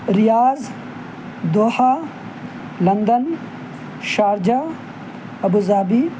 Riyadh Doha London Sharjah Abu Dhabi